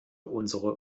unsere